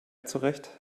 zurecht